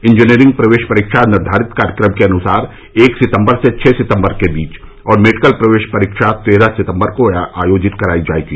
engineering प्रवेश परीक्षा निर्धारित कार्यक्रम के अनुसार एक सितम्बर से छह सितम्बर के बीच और मेडिकल प्रवेश परीक्षा तेरह सितम्बर को आयोजित कराई जायेगी